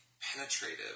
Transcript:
penetrative